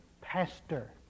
pastor